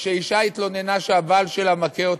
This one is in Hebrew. שאישה התלוננה שהבעל שלה מכה אותה.